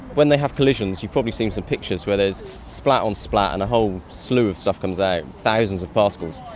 when they have collisions. you've probably seen some pictures where there's splat on splat and a whole slew of stuff comes out, thousands of particles.